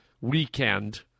weekend